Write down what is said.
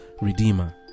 Redeemer